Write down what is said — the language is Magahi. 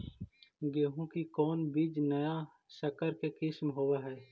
गेहू की कोन बीज नया सकर के किस्म होब हय?